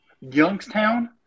Youngstown